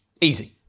Easy